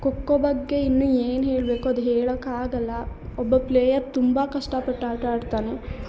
ಖೋಖೋ ಬಗ್ಗೆ ಇನ್ನೂ ಏನು ಹೇಳ್ಬೇಕು ಅದು ಹೇಳಕ್ಕಾಗಲ್ಲ ಒಬ್ಬ ಪ್ಲೇಯರ್ ತುಂಬ ಕಷ್ಟಪಟ್ಟು ಆಟ ಆಡ್ತಾನೆ